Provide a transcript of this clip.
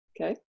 Okay